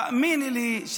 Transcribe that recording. ותאמיני לי,